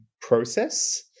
process